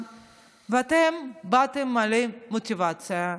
ואתם באתם מלאי מוטיבציה,